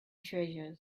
treasure